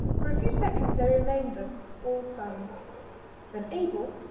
for a few seconds they remained thus, all silent then abel,